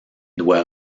doit